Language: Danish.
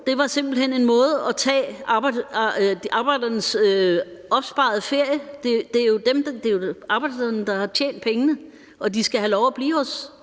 Det var simpelt hen en måde at tage arbejdernes opsparede ferie på. Det er jo dem, der har tjent pengene, og de skal have lov at blive hos